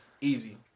Easy